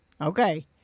Okay